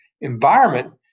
environment